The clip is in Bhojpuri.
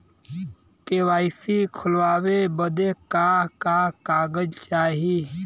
के.वाइ.सी खोलवावे बदे का का कागज चाही?